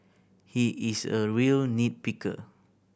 he is a real nit picker